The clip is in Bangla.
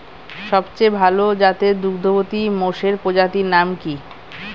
সবচেয়ে ভাল জাতের দুগ্ধবতী মোষের প্রজাতির নাম কি?